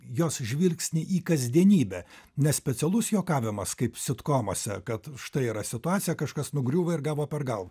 jos žvilgsnį į kasdienybę nes specialus juokavimas kaip sitkomose kad štai yra situaciją kažkas nugriuvo ir gavo per galvą